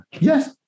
Yes